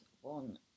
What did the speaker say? one